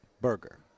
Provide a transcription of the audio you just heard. burger